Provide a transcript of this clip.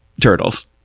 turtles